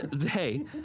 Hey